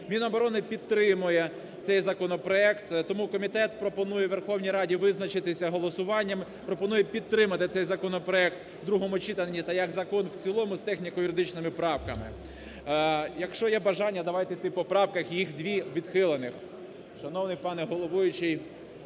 Міноборони підтримує цей законопроект. Тому комітет пропонує Верховній Раді визначитися голосуванням, пропонує підтримати цей законопроект в другому читанні та як закон в цілому з техніко-юридичними правками. Якщо є бажання, давайте йти по поправках, їх дві відхилених. Шановний пане головуючий,